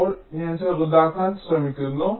അതിനാൽ ഞാൻ ചെറുതാക്കാൻ ശ്രമിക്കുന്നു